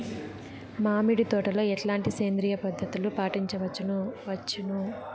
మామిడి తోటలో ఎట్లాంటి సేంద్రియ పద్ధతులు పాటించవచ్చును వచ్చును?